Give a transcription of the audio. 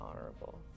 honorable